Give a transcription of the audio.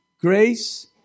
Grace